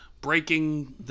breaking